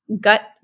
gut